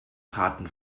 taten